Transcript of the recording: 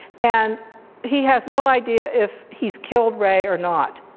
and he has no idea if he's killed ray or not.